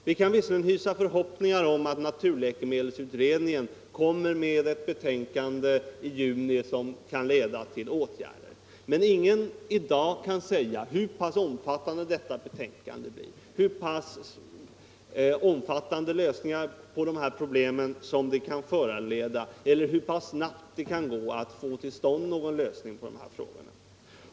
Vi kan visserligen hysa förhoppningar om att naturläkemedelsutredningen lägger fram sitt betänkande i juni och att det kan leda till åtgärder, men ingen kan i dag säga hur pass omfattande det betänkandet blir, hur pass omfattande lösningar på dessa problem som det kan föranleda eller hur snabbt det kan gå att komma fram till en lösning på problemen.